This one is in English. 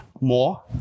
more